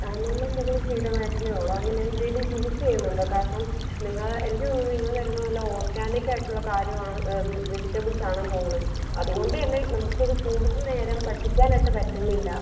നിങ്ങളെന്തെങ്കിലും കീടനാശിനികളോ അങ്ങനെ എന്തെങ്കിലും യൂസ് ചെയ്യുന്നുണ്ടോ കാരണം നിങ്ങൾ എനിക്ക് തോന്നുന്നു നിങ്ങൾ തരുന്ന നല്ല ഓർഗാനിക്ക് ആയിട്ടുള്ള കാര്യമാണ് വെജിറ്റബിൾസ് ആണ് തോന്നുന്നു അതുകൊണ്ട് തന്നെ നമുക്കിത് കൂടുതൽ നേരം വറ്റിക്കാനായിട്ട് പറ്റുന്നില്ല